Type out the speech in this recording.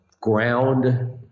ground